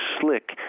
slick